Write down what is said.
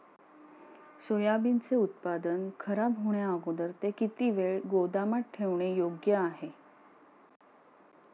सोयाबीनचे उत्पादन खराब होण्याअगोदर ते किती वेळ गोदामात ठेवणे योग्य आहे?